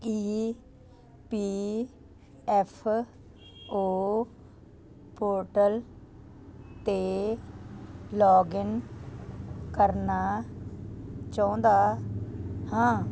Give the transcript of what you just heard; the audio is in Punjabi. ਈ ਪੀ ਐੱਫ ਓ ਪੋਰਟਲ 'ਤੇ ਲੋਗਿਨ ਕਰਨਾ ਚਾਹੁੰਦਾ ਹਾਂ